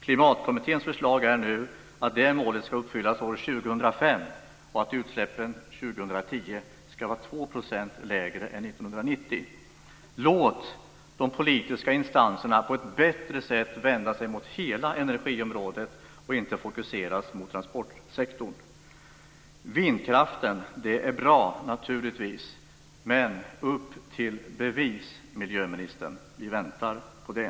Klimatkommitténs förslag är nu att detta mål ska uppfyllas år 2005 och att utsläppen år 2010 ska vara 2 % lägre än 1990. Låt de politiska instanserna på ett bättre sätt vända sig mot hela energiområdet och inte fokuseras mot transportsektorn! Vindkraften är naturligtvis bra, men upp till bevis, miljöministern! Vi väntar på det.